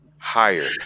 hired